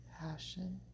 passion